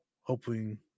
hoping